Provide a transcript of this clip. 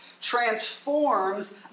transforms